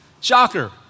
shocker